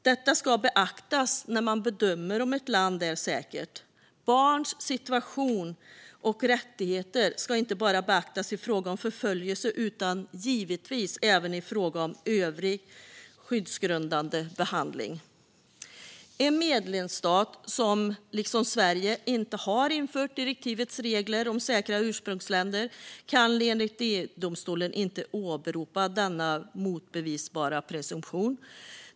Detta ska beaktas när man bedömer om ett land är säkert. Barns situation och rättigheter ska inte bara beaktas i fråga om förföljelse utan givetvis även i fråga om övrig skyddsgrundande behandling. En medlemsstat som, liksom Sverige, inte har infört direktivets regler om säkra ursprungsländer kan enligt EU-domstolen inte åberopa denna motbevisbara presumtion.